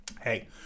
Hey